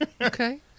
Okay